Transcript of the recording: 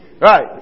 Right